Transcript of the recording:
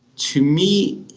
to me,